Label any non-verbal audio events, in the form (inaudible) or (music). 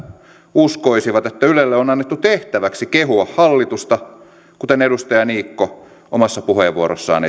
uskoisivat että ylelle on annettu tehtäväksi kehua hallitusta kuten edustaja niikko omassa puheenvuorossaan (unintelligible)